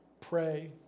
pray